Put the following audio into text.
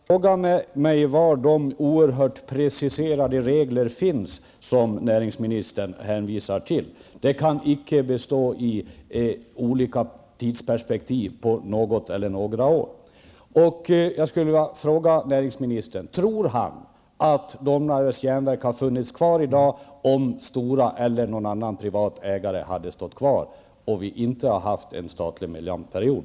Herr talman! Visa mig var de oerhört preciserade regler finns som näringsministern hänvisar till. De kan inte bestå i olika tidsperspektiv på något eller några år. Domnarvets Jernverk hade funnits kvar i dag om Stora eller någon annan privat ägare hade stått kvar och vi inte hade haft en statlig mellanperiod?